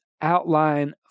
outline